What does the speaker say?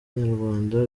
nyarwanda